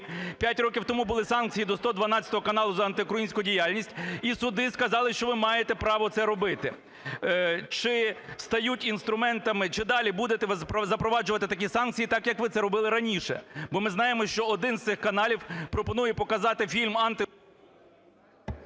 П'ять років тому були санкції до "112" каналу за антиукраїнську діяльність, і суди сказали, що ви маєте право це робити. Чи стають інструментами, чи далі ви будете запроваджувати такі санкції, так, як це ви робили раніше? Бо ми знаємо, що один з цих каналів пропонує показати фільм… ГОЛОВУЮЧИЙ.